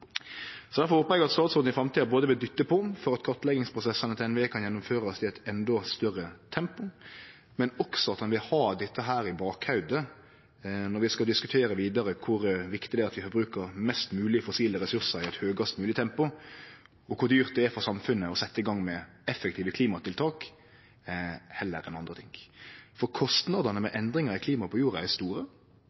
håpar eg at statsråden i framtida både vil dytte på for at kartleggingsprosessane til NVE kan gjennomførast i eit endå større tempo, og at han vil ha dette i bakhovudet når vi skal diskutere vidare kor viktig det er at vi bruker mest mogleg fossile ressursar i høgast mogleg tempo, og kor dyrt det er for samfunnet heller å setje i gang med effektive klimatiltak enn andre ting. Kostnadene ved endringar i klimaet på jorda er store,